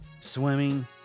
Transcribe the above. swimming